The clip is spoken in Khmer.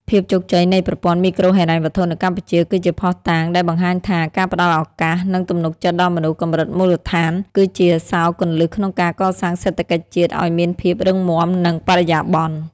ភាពជោគជ័យនៃប្រព័ន្ធមីក្រូហិរញ្ញវត្ថុនៅកម្ពុជា គឺជាភស្តុតាងដែលបង្ហាញថា ការផ្តល់ឱកាស និងទំនុកចិត្តដល់មនុស្សកម្រិតមូលដ្ឋាន គឺជាសោរគន្លឹះក្នុងការកសាងសេដ្ឋកិច្ចជាតិឱ្យមានភាពរឹងមាំ និងបរិយាបន្ន។